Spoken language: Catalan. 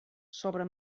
sobre